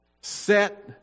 set